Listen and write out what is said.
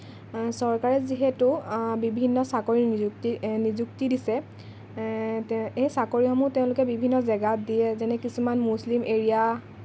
চৰকাৰে যিহেতু বিভিন্ন চাকৰিৰ নিযুক্তি নিযুক্তি দিছে এই চাকৰিসমূহ তেওঁলোকে বিভিন্ন জেগাত দিয়ে যেনে কিছুমান মুছলিম এৰিয়া